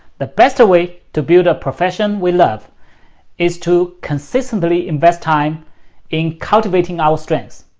the best way to build a profession we love is to consistently invest time in cultivating our strength,